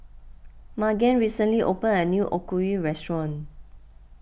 Magen recently opened a new Okayu restaurant